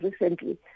recently